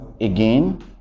Again